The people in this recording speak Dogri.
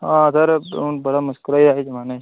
हां सर हून बड़ा मुश्कल होई गेदा इस जमाने च